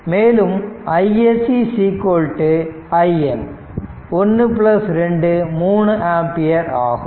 மேலும் iSC IN 1 23 ampere ஆகும்